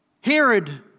Herod